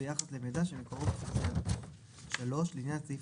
הרי הרפורמה תיכנס בשלבים, בשלב הראשון עובר ושב.